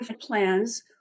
plans